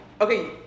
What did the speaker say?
okay